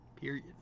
period